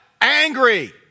Angry